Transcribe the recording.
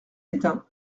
étain